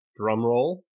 drumroll